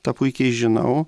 tą puikiai žinau